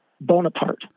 Bonaparte